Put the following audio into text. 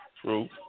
True